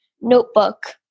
notebook